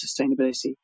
sustainability